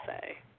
say